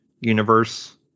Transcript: universe